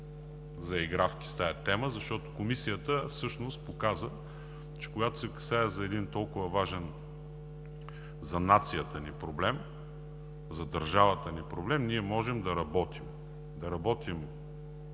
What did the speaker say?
заигравки с тази тема, защото Комисията всъщност показа, че когато се касае за толкова важен за нацията проблем, за държавата ни проблем, ние можем да работим – да работим